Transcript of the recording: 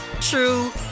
true